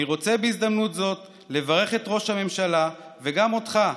אני רוצה בהזדמנות זאת לברך את ראש הממשלה וגם אותך,